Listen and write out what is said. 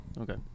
okay